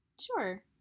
Sure